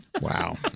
Wow